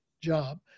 job